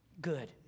good